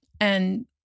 And-